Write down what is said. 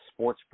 Sportsbook